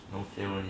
no feel already